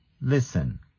listen